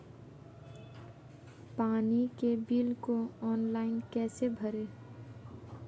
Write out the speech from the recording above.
पानी के बिल को ऑनलाइन कैसे भरें?